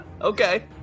Okay